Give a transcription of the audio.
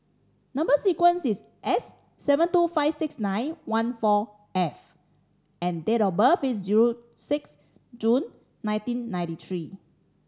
number sequence is S seven two five six nine one four F and date of birth is June six June nineteen ninety three